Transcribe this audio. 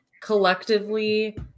collectively